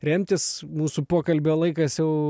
remtis mūsų pokalbio laikas jau